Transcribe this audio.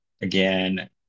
again